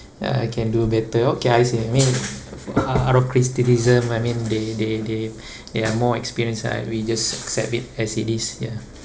ya I can do better okay I say I mean out of christianism I mean they they they they are more experience right we just accept it as it is ya